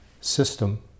system